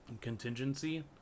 contingency